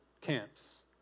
camps